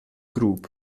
group